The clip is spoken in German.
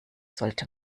sollte